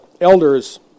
elders